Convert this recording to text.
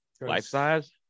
life-size